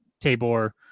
Tabor